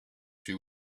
she